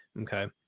Okay